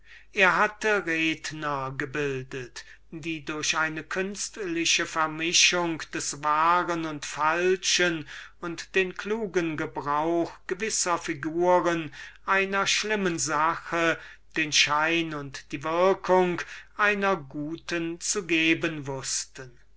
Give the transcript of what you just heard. er hatte redner gebildet die durch eine künstliche vermischung des wahren und falschen und den klugen gebrauch gewisser figuren einer schlimmen sache den schein und die würkung einer guten zu geben wußten